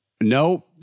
No